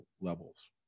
levels